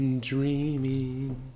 Dreaming